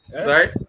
Sorry